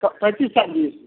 तऽ पैँतिस चालिस